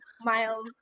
miles